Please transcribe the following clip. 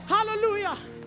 Hallelujah